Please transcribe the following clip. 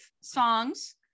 songs